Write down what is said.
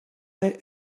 their